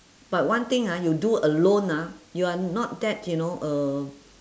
but one thing ah you do alone ah you're not that you know uh